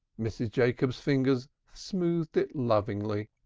mrs. jacobs's fingers smoothed it lovingly,